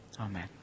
Amen